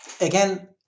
again